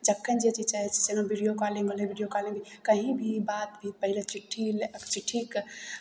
जखन जे चीज चाहै छियै जेना विडिओ कॉलिंग होलय विडिओ कॉलिंग भी कहीँ भी बात भी पहिले चिट्ठी अब चिट्ठीके